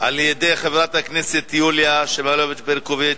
על-ידי חברת הכנסת יוליה שמאלוב-ברקוביץ,